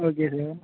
okay sir